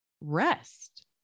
rest